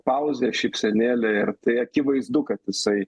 pauzė šypsenėl ir tai akivaizdu kad jisai